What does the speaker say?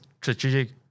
strategic